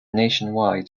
nationwide